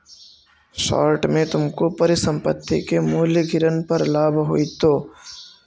short में तुमको परिसंपत्ति के मूल्य गिरन पर लाभ होईतो